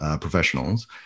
professionals